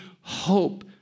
hope